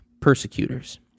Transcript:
persecutors